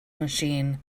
machine